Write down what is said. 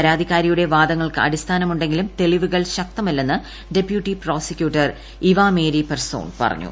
പരാതിക്കാരിയുടെ വാദങ്ങൾക്ക് അടിസ്ഥാനമുണ്ടെങ്കിലും തെളിവുകൾ ശക്തമല്ലെന്ന് ഡെപ്യൂട്ടി പ്രോസിക്യൂട്ടർ ഇവാമാരി പെർസോൺ പറഞ്ഞു